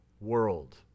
world